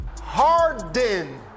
Harden